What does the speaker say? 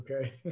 okay